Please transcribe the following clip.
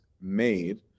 made